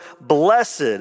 blessed